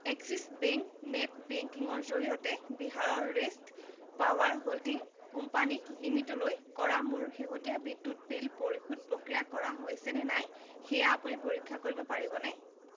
axis bank net বেংকিঙৰ জৰিয়তে বিহাৰৰ ষ্টেট পাৱাৰ হোল্ডিং কোম্পানী লিমিটেডলৈ কৰা মোৰ শেহতীয়া বিদ্যুৎ বিল পৰিশোধ প্ৰক্ৰিয়া কৰা হৈছেনে নাই সেয়া আপুনি পৰীক্ষা কৰিব পাৰিবনে